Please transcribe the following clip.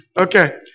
Okay